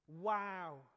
wow